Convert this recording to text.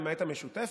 למעט המשותפת,